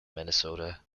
minnesota